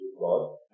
God